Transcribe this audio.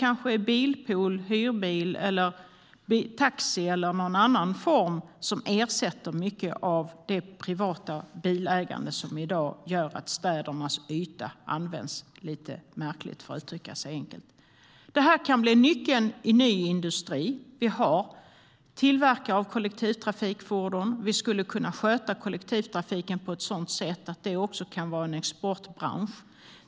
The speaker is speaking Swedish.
Kanske ersätter då bilpooler, hyrbilar, taxi eller annat mycket av det privata bilägande som i dag gör att städernas yta används lite märkligt, för att uttrycka sig enkelt. Det här kan bli nyckeln till ny industri. Vi har tillverkare av kollektivtrafikfordon. Vi skulle kunna sköta kollektivtrafiken på ett sådant sätt att det kunde vara en exportbransch.